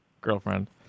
girlfriend